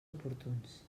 oportuns